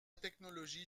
technologie